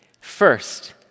First